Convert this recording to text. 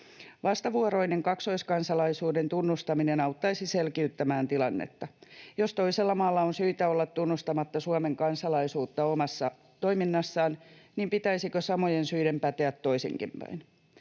Vastavuoroinen kaksoiskansalaisuuden tunnustaminen auttaisi selkiyttämään tilannetta. Jos toisella maalla on syytä olla tunnustamatta Suomen kansalaisuutta omassa toiminnassaan, niin pitäisikö samojen syiden päteä toisinkin päin?